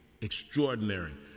extraordinary